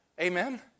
Amen